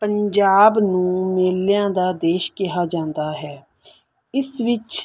ਪੰਜਾਬ ਨੂੰ ਮੇਲਿਆਂ ਦਾ ਦੇਸ਼ ਕਿਹਾ ਜਾਂਦਾ ਹੈ ਇਸ ਵਿੱਚ